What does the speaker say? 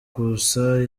kusa